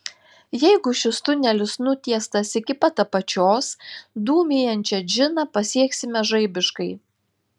jeigu šis tunelis nutiestas iki pat apačios dūmijančią džiną pasieksime žaibiškai